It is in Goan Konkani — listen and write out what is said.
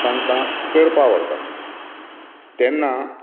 तांकां चरपाक व्हरतालो तेन्ना